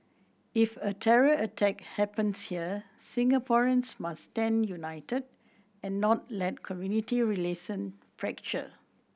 if a terror attack happens here Singaporeans must stand united and not let community relation fracture